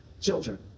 children